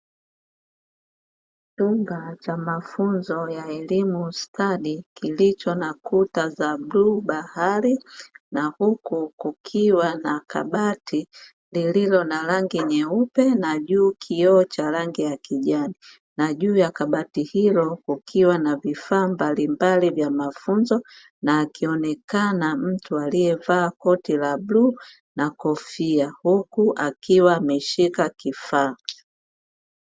Chumba cha mafunzo ya elimu stadi kilicho na kuta za bluu bahari, na huku kukiwa na kabati lililo na rangi nyeupe na juu kioo cha rangi ya kijani. Na juu ya kabati hilo kukiwa na vifaa mbalimbali vya mafunzo na akionekana mtu aliyevaa koti la bluu na kofia, huku akiwa ameshika kifaa.